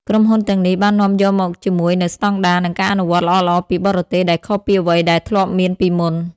ក្រុមហ៊ុនទាំងនេះបាននាំយកមកជាមួយនូវស្តង់ដារ និងការអនុវត្តល្អៗពីបរទេស ដែលខុសពីអ្វីដែលធ្លាប់មានពីមុន។